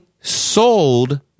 sold